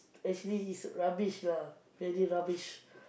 actually it's rubbish lah really rubbish